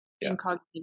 incognito